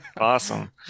Awesome